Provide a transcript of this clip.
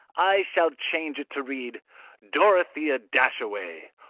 i shall change it to read dorothea dashaway,